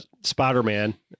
Spider-Man